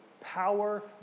power